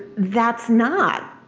that's not